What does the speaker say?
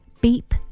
Beep